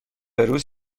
روز